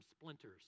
splinters